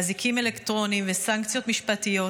אזיקים אלקטרוניים וסנקציות משפטיות.